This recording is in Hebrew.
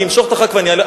אני אמשוך את החוק עכשיו,